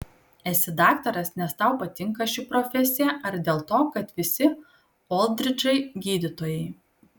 esi daktaras nes tau patinka ši profesija ar dėl to kad visi oldridžai gydytojai